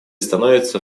становится